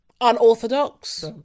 unorthodox